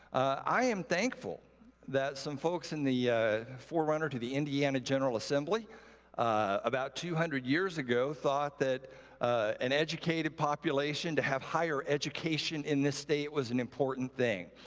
i am thankful that some folks in the forerunner to the indiana general assembly about two hundred years ago thought that an educated population, to have higher education in this state was an important thing.